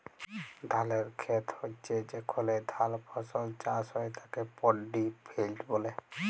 ধালের খেত হচ্যে যেখলে ধাল ফসল চাষ হ্যয় তাকে পাড্ডি ফেইল্ড ব্যলে